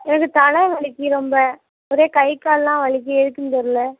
எனக்கு தலை வலிக்கு ரொம்ப ஒரே கை காலெலாம் வலிக்கு எதுக்குன்னு தெரில